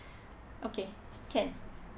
okay can